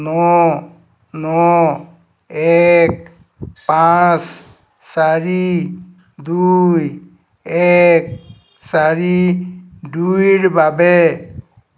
ন ন এক পাঁচ চাৰি দুই এক চাৰি দুইৰ বাবে